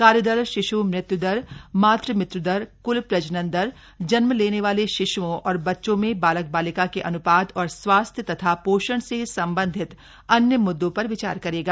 कार्यदल शिश् मृत्य् दर मातृ मृत्य् दर क्ल प्रजनन दर जन्म लेने वाले शिश्ओं और बच्चों में बालक बालिका के अन्पात और स्वास्थ्य तथा पोषण से संबंधित अन्य मुद्दों पर विचार करेगा